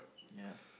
ya